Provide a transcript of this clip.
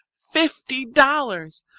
fifty dollars.